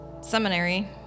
seminary